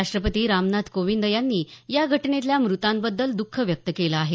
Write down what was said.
राष्टपती रामनाथ कोविंद यांनी या घटनेतल्या मृतांबद्दल दःख व्यक्त केलं आहे